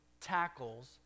tackles